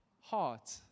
heart